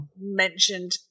mentioned